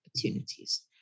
opportunities